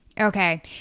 Okay